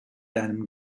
einem